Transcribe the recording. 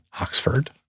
Oxford